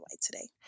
today